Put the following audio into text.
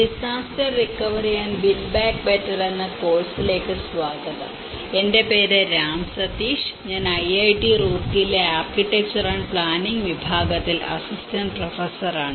disaster recovery and build back better എന്ന കോഴ്സിലേക്ക് സ്വാഗതം എന്റെ പേര് രാം സതീഷ് ഞാൻ ഐഐടി റൂർക്കിയിലെ ആർക്കിടെക്ചർ ആന്റ് പ്ലാനിംഗ് വിഭാഗത്തിൽ അസിസ്റ്റന്റ് പ്രൊഫസറാണ്